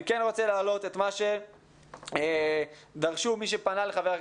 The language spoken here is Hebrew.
אני כן רוצה להעלות את מה שדרשו מי שפנה לח"כ